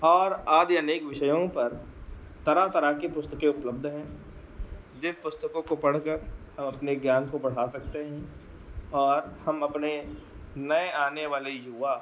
और आदि अनेक विषयों पर तरह तरह की पुस्तकें उपलब्ध हैं जिन पुस्तकों को पढ़कर हम अपने ज्ञान को बढ़ा सकते हैं और हम अपने नए आने वाले युवा